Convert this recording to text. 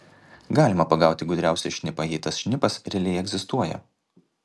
galima pagauti gudriausią šnipą jei tas šnipas realiai egzistuoja